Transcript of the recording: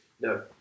No